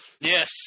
yes